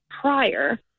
prior